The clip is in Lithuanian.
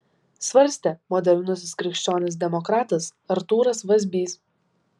svarstė modernusis krikščionis demokratas artūras vazbys